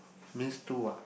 means two ah